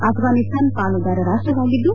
ಆಫ್ರಾನಿಸ್ತಾನ ಪಾಲುದಾರ ರಾಷ್ಟವಾಗಿದ್ದು